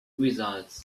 results